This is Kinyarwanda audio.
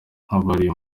nk’abari